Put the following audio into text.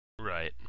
Right